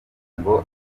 ngo